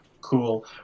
cool